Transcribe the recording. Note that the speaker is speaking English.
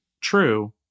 true